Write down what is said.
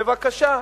בבקשה.